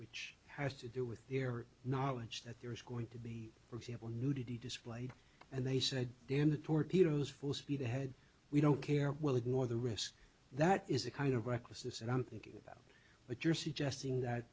which has to do with their knowledge that there is going to be for example nudity displayed and they said damn the torpedoes full speed ahead we don't care we'll ignore the risk that is a kind of recklessness and i'm thinking about what you're suggesting that